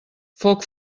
foc